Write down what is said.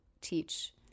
teach